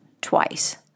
twice